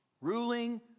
ruling